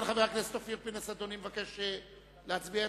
44 בעד